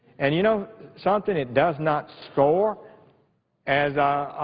and you know something, it does not score as a